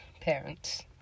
parents